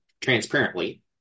Transparently